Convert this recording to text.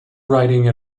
writing